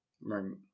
Right